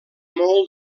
molt